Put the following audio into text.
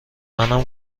منم